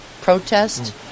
protest